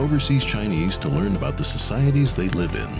overseas chinese to learn about the societies they live in